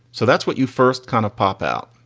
so that's what you first kind of pop out.